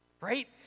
right